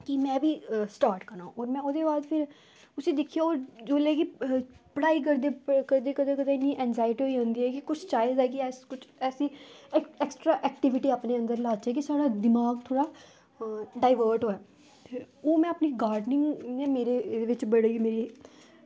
की में बी स्टार्ट करना ते ओह्दे बाद फिर पिच्छे दिक्खेआ की जेल्लै की पढ़ाई करदे करदे की एनग्जायटी होई जंदी ऐ की किश एक्स्ट्रा एक्टिविटी ला जेह्ड़ा की साढ़ा दमाग थोह्ड़ा डाईवर्ट होऐ एह् में अपनी गार्डनिंग एह् मेरे अपने